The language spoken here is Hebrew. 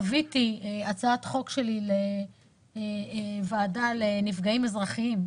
חוויתי הצעת חוק שלי לוועדה לנפגעים אזרחיים,